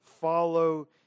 follow